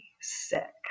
sick